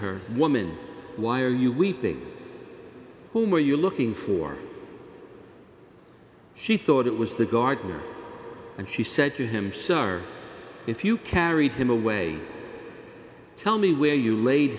her woman why are you weeping whom are you looking for she thought it was the gardener and she said to him sorry if you carried him away tell me where you laid